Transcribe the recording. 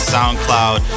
SoundCloud